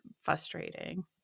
frustrating